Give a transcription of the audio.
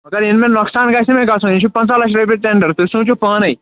مگر یِنہٕ مےٚ نۄقصان گژھٮ۪و نہٕ گژھُن یہِ چھُ پنٛژاہ لَچھ رۄپیہِ ٹٮ۪نٛڈَر تُہۍ سوٗنٛچِو پانَے